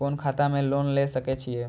कोन खाता में लोन ले सके छिये?